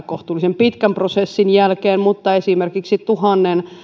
kohtuullisen pitkän prosessin jälkeen ja esimerkiksi tuhannen